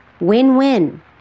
Win-win